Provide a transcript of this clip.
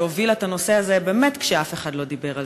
שהובילה את הנושא הזה באמת כשאף אחד לא דיבר עליו,